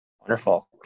Wonderful